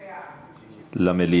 למליאה.